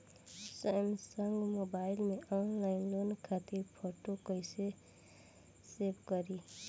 Samsung mobile में online loan खातिर photo कैसे सेभ करीं?